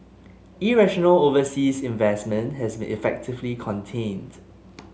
irrational overseas investment has been effectively contained